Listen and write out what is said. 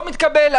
לא מתקבל.